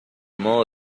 modo